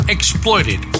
Exploited